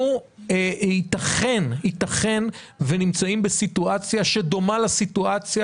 אנחנו יתכן ונמצאים בסיטואציה שדומה לסיטואציה